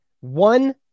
One